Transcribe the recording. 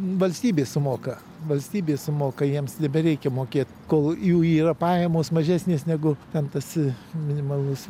valstybė sumoka valstybė sumoka jiems nebereikia mokėt kol jų yra pajamos mažesnės negu ten tas minimalus